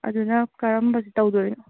ꯑꯗꯨꯅ ꯀꯔꯝꯕꯗ ꯇꯧꯗꯣꯏꯅꯣ